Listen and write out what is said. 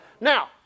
Now